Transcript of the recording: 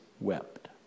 Wept